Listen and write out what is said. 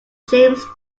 james